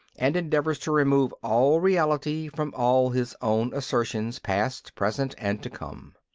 and endeavours to remove all reality from all his own assertions, past, present, and to come.